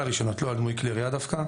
הרישיונות ולא על דמוי כלי ירייה דווקא.